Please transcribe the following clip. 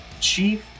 Chief